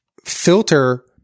Filter